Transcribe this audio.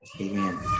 Amen